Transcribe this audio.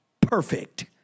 perfect